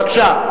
בבקשה.